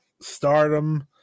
stardom